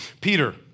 Peter